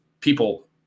people